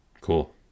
Cool